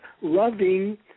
loving